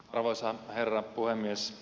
arvoisa herra puhemies